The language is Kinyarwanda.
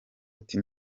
ati